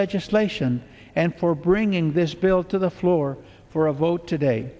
legislation and for we're bringing this bill to the floor for a vote today